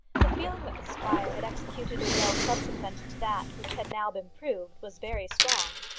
the feeling that the squire had executed a will subsequent to that which had now been proved was very strong,